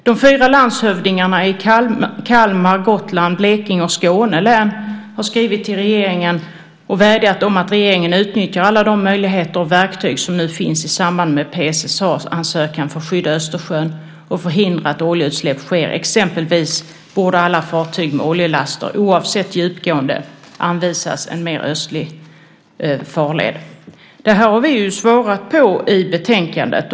De fyra landshövdingarna i Kalmar, Gotland, Blekinge och Skåne län har skrivit till regeringen och vädjat om att regeringen utnyttjar alla de möjligheter och verktyg som nu finns i samband med PSSA-ansökan för att skydda Östersjön och förhindra att oljeutsläpp sker. Exempelvis borde alla fartyg med oljelaster, oavsett djupgående, anvisas en mer östlig farled. Detta har vi svarat på i betänkandet.